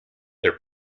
their